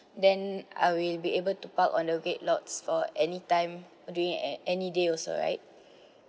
then I will be able to park on the red lots for any time during at any day also right